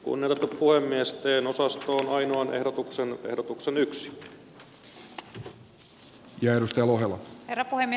gunnar voi myös kautta lähipalvelut on ajettu ahdinkoon